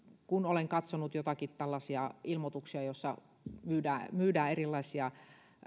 kun olen katsonut joitakin tällaisia ilmoituksia joissa myydään myydään erilaisia